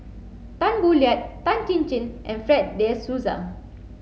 Tan Boo Liat Tan Chin Chin and Fred de Souza